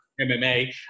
MMA